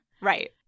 Right